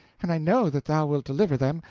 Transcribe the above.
and i know that thou wilt deliver them,